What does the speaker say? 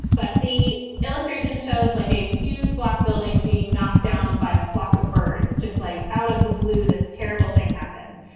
but the illustration shows like a huge black building being knocked down by a flock of birds, just like out of the blue. this terrible thing happens.